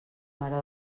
mare